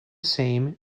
same